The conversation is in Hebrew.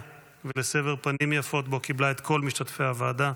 ולסבר פנים יפות שבו קיבלה את כל משתתפי הוועדה.